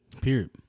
Period